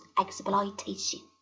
exploitation